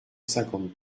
cinquante